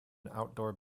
outdoor